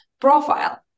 profile